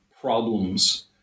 problems